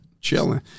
chilling